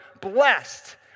blessed